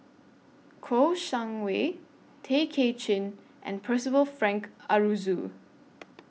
Kouo Shang Wei Tay Kay Chin and Percival Frank Aroozoo